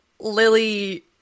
Lily